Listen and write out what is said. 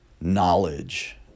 knowledge